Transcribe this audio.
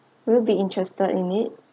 will you be interested in it